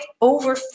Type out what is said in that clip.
over